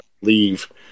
leave